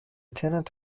tenet